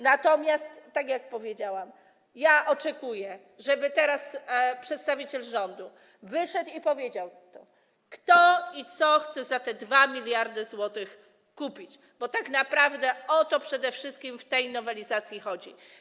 Natomiast, tak jak powiedziałam, ja oczekuję, żeby teraz przedstawiciel rządu wyszedł i powiedział tutaj, kto i co chce za te 2 mld zł kupić, bo tak naprawdę o to przede wszystkim w tej nowelizacji chodzi.